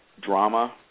drama